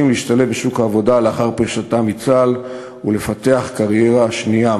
להשתלב בשוק העבודה לאחר פרישתם מצה"ל ולפתח קריירה שנייה.